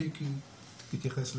שיקי יתייחס לזה,